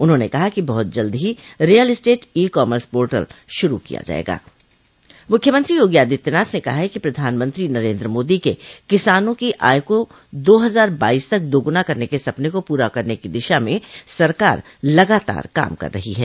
उन्होंने कहा कि बहुत जल्द ही real estate e commerce portal शूरू किया जायेगा मुख्यमंत्री योगी आदित्यनाथ ने कहा है कि प्रधानमंत्री नरेन्द्र मोदी के किसानों की आय दो हजार बाईस तक दोगुना करने के सपने को पूरा करने की दिशा में सरकार लगातार काम कर रही है